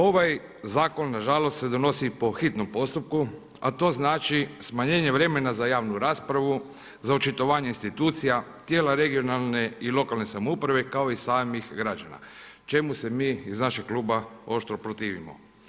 Ovaj zakon se nažalost donosi po hitnom postupku, a to znači smanjenje vremena za javnu raspravu, za očitovanje institucija, tijela regionalne i lokalne samouprave kao i samih građana, čemu se mi iz našeg kluba oštro protivimo.